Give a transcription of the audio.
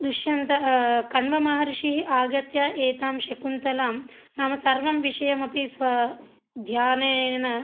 दुश्यन्तः कण्वमहर्षिः आगत्य एतां शकुन्तलां नाम सर्वं विषयमपि स्वध्यानेन